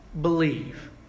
believe